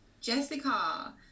Jessica